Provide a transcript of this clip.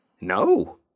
No